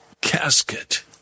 casket